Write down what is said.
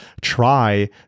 try